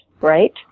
right